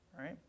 right